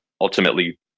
ultimately